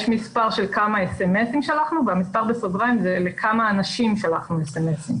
יש מספר של כמה אס אם אסים שלחנו ולכמה אנשים שלחנו אסם אמם אסים.